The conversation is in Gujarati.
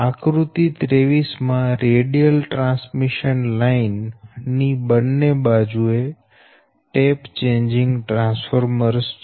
આકૃતિ 23 માં રેડિયલ ટ્રાન્સમિશન લાઈન ની બંને બાજુ એ ટેપ ચેંજિંગ ટ્રાન્સફોર્મર્સ છે